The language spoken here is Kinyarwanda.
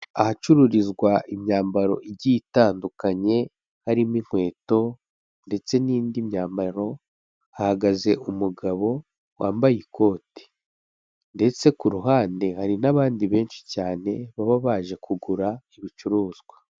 Ahacururizwa imyambaro igiye itandukanye, harimo inkweto ndetse n'indi myambaro; hahagaze umugabo wambaye ikote, ndetse ku ruhande hari n'abandi benshi cyane baba baje kugura ibicuruzwa.